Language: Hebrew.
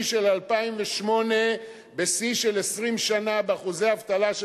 של 2008 בשיא של 20 שנה באחוזי אבטלה,